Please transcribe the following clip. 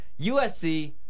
USC